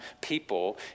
people